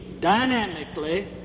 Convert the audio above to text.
dynamically